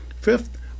Fifth